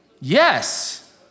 Yes